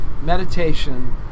meditation